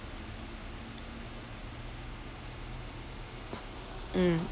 mm